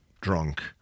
drunk